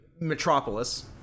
Metropolis